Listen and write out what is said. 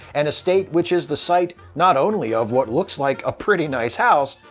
an estate which is the site not only of what looks like a pretty nice house,